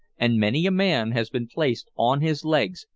and many a man has been placed on his legs,